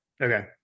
okay